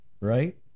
right